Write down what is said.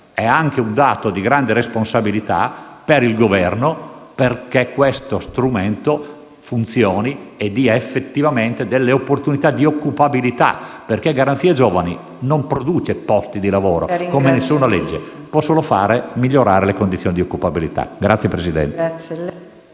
È anche un dato di grande responsabilità per il Governo perché questo strumento funzioni e dia effettivamente opportunità di occupabilità, perché Garanzia giovani non produce posti di lavoro, come nessuna legge; può solo far migliorare le condizioni di occupabilità. PRESIDENTE.